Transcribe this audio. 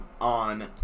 on